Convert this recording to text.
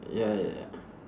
ya ya